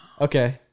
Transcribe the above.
Okay